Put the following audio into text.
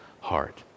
heart